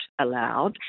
allowed